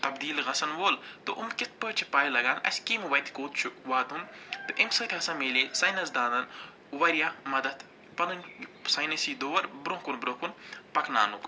تبدیٖل گَژھن وول تہٕ یِم کِتھ پٲٹھۍ چھِ پَے لاگان اَسہِ کَمہِ وَتہِ کوٚت چھُ واتُن تہٕ اَمہِ سۭتۍ ہسا مِلے ساینس دانن وارِیاہ مدتھ پنٕںی ساینسی دور برٛونٛہہ کُن برٛونٛہہ پکناونُک